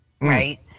Right